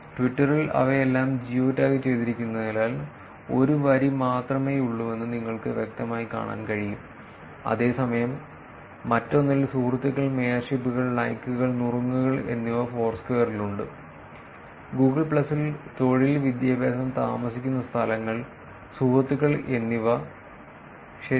ട്വിറ്ററിൽ അവയെല്ലാം ജിയോ ടാഗുചെയ്തിരിക്കുന്നതിനാൽ ഒരു വരി മാത്രമേയുള്ളൂവെന്ന് നിങ്ങൾക്ക് വ്യക്തമായി കാണാൻ കഴിയും അതേസമയം മറ്റൊന്നിൽ സുഹൃത്തുക്കൾ മേയർഷിപ്പുകൾ ലൈക്കുകൾ നുറുങ്ങുകൾ എന്നിവ ഫോർസ്ക്വയറിലുണ്ട് Google പ്ലസിൽ തൊഴിൽ വിദ്യാഭ്യാസം താമസിക്കുന്ന സ്ഥലങ്ങൾ സുഹൃത്തുക്കൾ എന്നിവ ശരിയാണ്